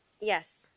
Yes